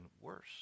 worse